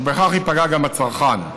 ובכך ייפגע גם הצרכן.